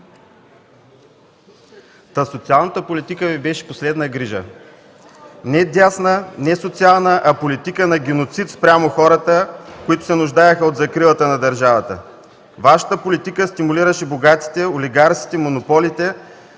Социалната политика Ви беше последна грижа – не дясна, не социална, а политика на геноцид спрямо хората, които се нуждаеха от закрилата на държавата, вашата политика стимулираше богатите, олигарсите, монополите,